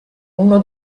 uno